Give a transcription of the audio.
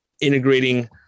integrating